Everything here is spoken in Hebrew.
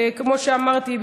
כמו שאמרתי,